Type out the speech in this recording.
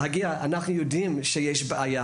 צריך להגיע ולהגיד: "אנחנו יודעים שיש בעיה,